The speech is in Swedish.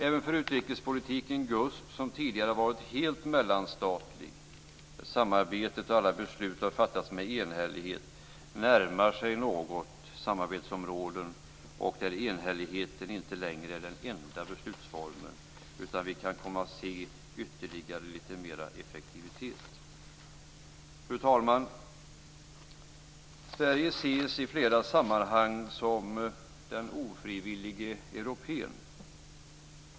Även utrikespolitiken, GUSP, som tidigare har varit helt mellanstatlig och där samarbetets alla beslut har fattats med enhällighet, närmar sig något samarbetsområden där enhälligheten inte längre är den enda beslutsformen. Vi kan där komma att se ytterligare litet mera effektivitet. Fru talman! Sverige ses i flera sammanhang som den ofrivillige europén.